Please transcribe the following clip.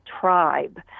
tribe